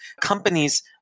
companies